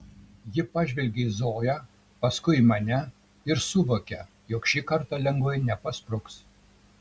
ji pažvelgia į zoją paskui į mane ir suvokia jog šį kartą lengvai nepaspruks